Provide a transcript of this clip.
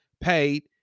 paid